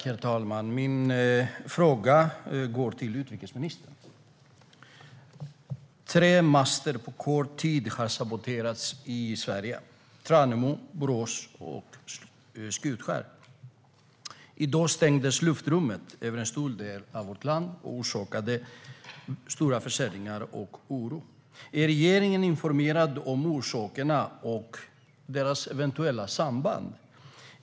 Herr talman! Min fråga går till utrikesministern. Tre master har på kort tid saboterats i Sverige - i Tranemo, Borås och Skutskär. I dag stängdes luftrummet över en stor del av vårt land, vilket orsakade stora förseningar och oro. Är regeringen informerad om orsakerna och deras eventuella samband?